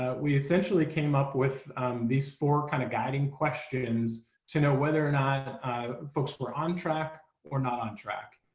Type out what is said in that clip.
ah we essentially came up with these four kind of guiding questions to know whether or not folks were on track or not on track.